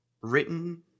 written